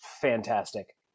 fantastic